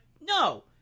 no